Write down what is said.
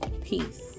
Peace